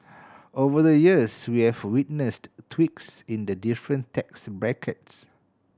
over the years we have witnessed tweaks in the different tax brackets